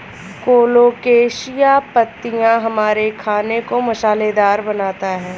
colocasia पत्तियां हमारे खाने को मसालेदार बनाता है